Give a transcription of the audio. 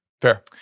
Fair